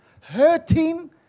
hurting